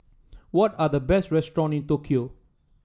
what are the best restaurants in Tokyo